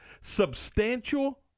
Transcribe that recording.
substantial